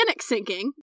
sinking